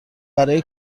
برای